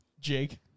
Jake